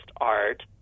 art